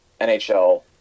nhl